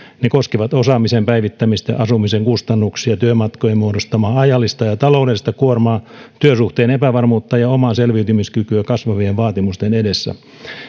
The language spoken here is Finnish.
ne koskevat osaamisen päivittämistä asumisen kustannuksia ja työmatkojen muodostamaa ajallista ja taloudellista kuormaa työsuhteen epävarmuutta ja omaa selviytymiskykyä kasvavien vaatimusten edessä